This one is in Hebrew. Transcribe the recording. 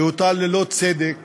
שהוטל ללא צדק